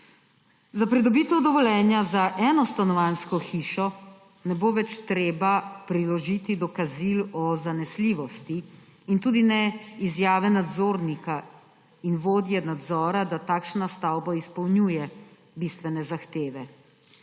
Za pridobitev dovoljenja za enostanovanjsko hišo ne bo več treba priložiti dokazil o zanesljivosti in tudi ne izjave nadzornika in vodje nadzora, da takšna stavba izpolnjuje bistvene zahteve.